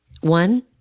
One